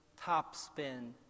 topspin